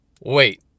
wait